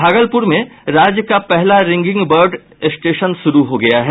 भागलपुर में राज्य का पहला रिंगिंग बर्ड स्टेशन शुरू हो गया है